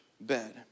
bed